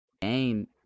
game